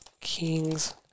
King's